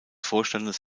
vorstandes